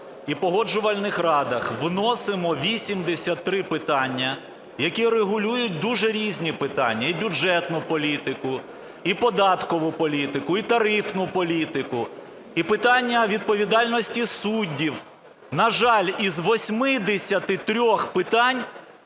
і погоджувальних радах вносимо 83 питання, які регулюють дуже різні питання: і бюджетну політику, і податкову політику, і тарифну політику, і питання відповідальності суддів. На жаль, із 83 питань